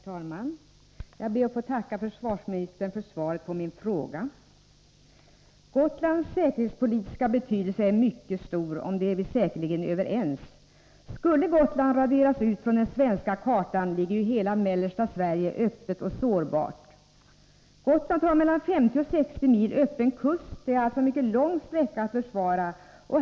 Herr talman! Jag ber att få tacka försvarsministern för svaret på min fråga. Gotlands säkerhetspolitiska betydelse är mycket stor — om detta är vi säkerligen överens. Skulle Gotland raderas ut från den svenska kartan, ligger ju hela mellersta Sverige öppet och sårbart. Gotland har mellan 50 och 60 mil öppen kust. Det är alltså en mycket lång sträcka att försvara.